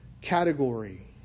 category